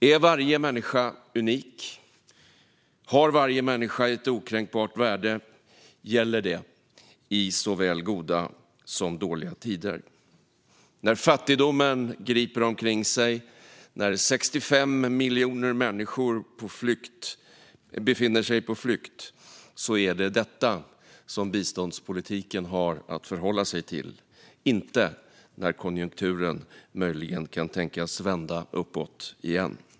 Är varje människa unik och har varje människa ett okränkbart värde gäller det i såväl goda som dåliga tider. När fattigdomen griper omkring sig, när 65 miljoner människor befinner sig på flykt, är det detta som biståndspolitiken har att förhålla sig till - inte när konjunkturen möjligen kan tänkas vända uppåt igen.